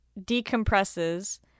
decompresses